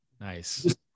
Nice